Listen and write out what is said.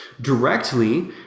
directly